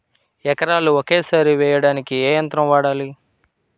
ఎకరాలు ఒకేసారి వేయడానికి ఏ యంత్రం వాడాలి?